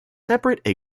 separate